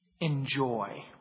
Enjoy